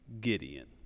Gideon